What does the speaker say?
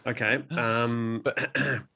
Okay